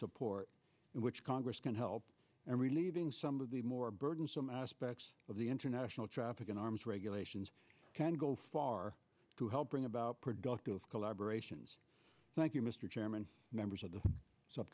support in which congress can help and relieving some of the more burdensome aspects of the international traffic in arms regulations can go far to help bring about productive collaboration's thank you mr chairman members of the sub